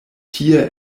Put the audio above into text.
tie